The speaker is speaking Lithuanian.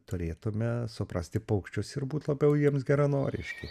turėtume suprasti paukščius ir būt labiau jiems geranoriški